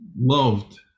loved